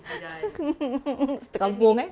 satu kampung eh